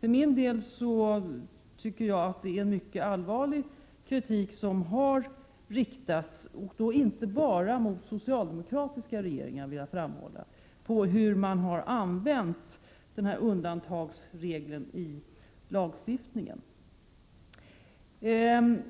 För min del tycker jag att det är en mycket allvarlig kritik som har riktats — inte bara mot socialdemokratiska regeringar, vill jag framhålla — mot hur man har använt denna undantagsregel i lagstiftningen. Olle